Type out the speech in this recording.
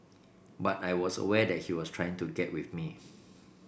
but I was aware that he was trying to get with me